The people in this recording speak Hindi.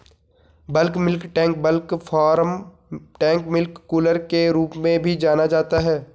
bulk milk tank bulk farm tank milk cooler के रूप में भी जाना जाता है,